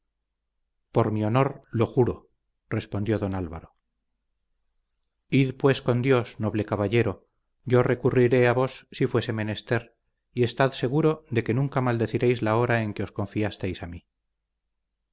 por mi honor lo juro respondió don álvaro id pues con dios noble caballero yo recurriré a vos si fuere menester y estad seguro de que nunca maldeciréis la hora en que os confiasteis a mí